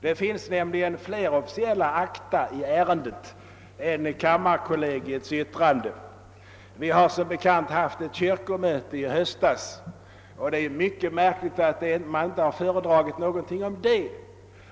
Det finns nämligen flera officiella acta i ärendet än kammarkollegiets yttrande. Det har som bekant hållits ett kyrkomöte i höst, och det är mycket märkligt att man inte har föredragit någonting om vad där hände i dessa frågor.